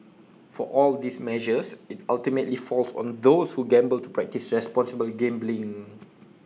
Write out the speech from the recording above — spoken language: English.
for all these measures IT ultimately falls on those who gamble to practise responsible gambling